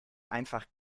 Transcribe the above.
einfach